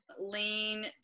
lean